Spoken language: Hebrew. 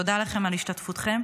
תודה לכם על השתתפותכם".